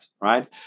right